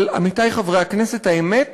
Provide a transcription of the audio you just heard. אבל, עמיתי חברי הכנסת, האמת